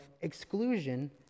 exclusion